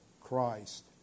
Christ